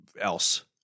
else